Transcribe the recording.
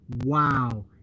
wow